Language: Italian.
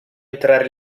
entrare